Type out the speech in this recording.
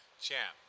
Champ